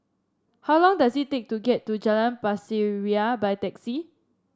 how long does it take to get to Jalan Pasir Ria by taxi